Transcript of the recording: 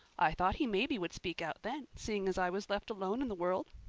i thought he maybe would speak out then, seeing as i was left alone in the world.